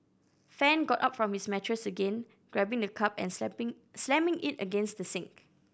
fan got up from his mattress again grabbing the cup and slamming it against the sink